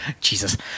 Jesus